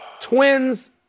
Twins